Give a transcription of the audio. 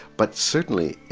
but certainly,